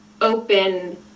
open